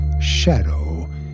shadow